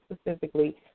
specifically